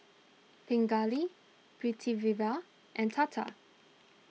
Pingali Pritiviraj and Tata